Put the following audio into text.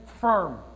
firm